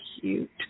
cute